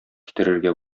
китерергә